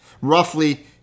Roughly